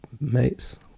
mates